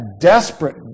desperate